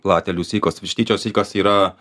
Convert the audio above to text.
platelių sykas vištyčio sykas yra